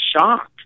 shocked